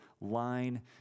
line